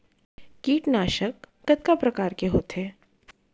कीटनाशक कतका प्रकार के होथे?